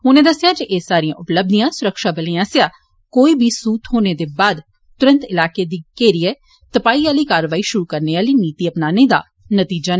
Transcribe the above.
उनें दस्सेया जे एह् सारिया उपलब्धियां सुरक्षाबलें आसेया कोई बी सूह थ्होने दे बाद तुरत इलाकें गी घेरिए तुपाई आली कारवाई शुरू करने आली नीति अपनाने दा नतीजा ऐ